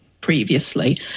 previously